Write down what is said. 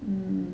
mm